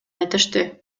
айтышты